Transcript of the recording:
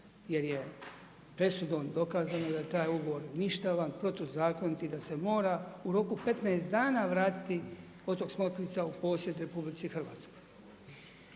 jer je presudom dokazano da je taj ugovor ništavan, protuzakonit i da se mora u roku 15 dana vratiti otok Smokvica u posjed RH. Odmah prvih